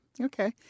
Okay